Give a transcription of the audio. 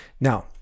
Now